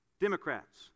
Democrats